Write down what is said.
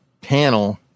panel